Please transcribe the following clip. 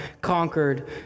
conquered